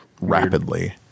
Rapidly